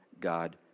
God